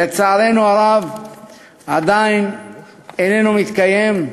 לצערנו הרב עדיין איננו קיים,